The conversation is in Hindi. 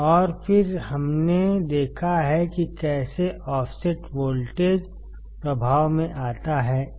और फिर हमने देखा है कि कैसे ऑफसेट वोल्टेज प्रभाव में आता है